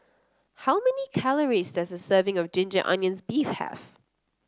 how many calories does a serving of Ginger Onions beef have